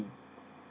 me